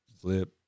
flip